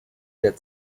der